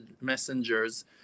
messengers